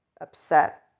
upset